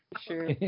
Sure